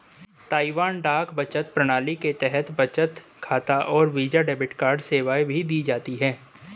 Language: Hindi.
ताइवान डाक बचत प्रणाली के तहत बचत खाता और वीजा डेबिट कार्ड सेवाएं भी देता है